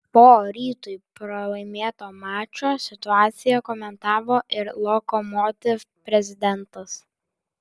po rytui pralaimėto mačo situaciją komentavo ir lokomotiv prezidentas